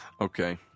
Okay